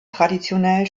traditionell